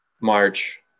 March